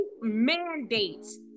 mandates